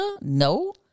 no